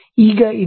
ಈಗ ಇದು 0